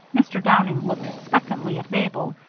mr. downing looked expectantly at mabel,